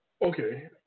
Okay